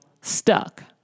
stuck